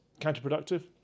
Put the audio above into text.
counterproductive